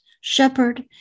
shepherd